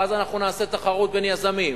ואז אנחנו נעשה תחרות בין יזמים,